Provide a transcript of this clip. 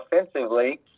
offensively